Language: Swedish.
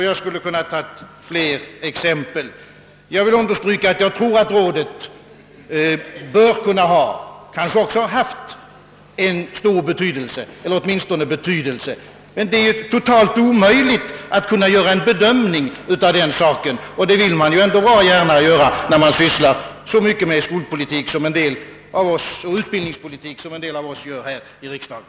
Jag skulle ha kunnat lämna flera exempel, men jag vill till slut understryka att jag tror att rådet bör kunna ha — och kanske också har haft — betydelse. Det är emellertid totalt omöjligt att bedöma den saken, och det vill man bra gärna när man sysslar så mycket med skolpolitik och utbildningspolitik som en del av oss gör här i riksdagen.